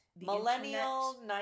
millennial